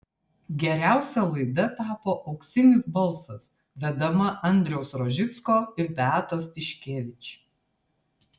geriausia laida tapo auksinis balsas vedama andriaus rožicko ir beatos tiškevič